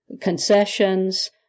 concessions